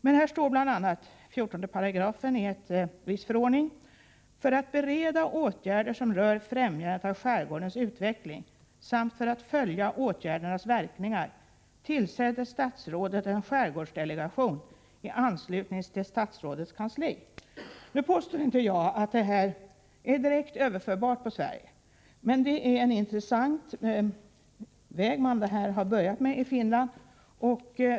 Men bl.a. fick jag veta att 14 §i en lag om främjande av skärgårdens utveckling lyder: ”För att bereda åtgärder som rör främjandet av skärgårdens utveckling samt för att följa åtgärdernas verkningar tillsätter statsrådet en skärgårdsdelegation i anslutning till statsrådets kansli.” Nu påstår jag inte att detta är direkt överförbart på Sverige, men det är en intressant väg man här beträtt i Finland.